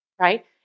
right